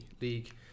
league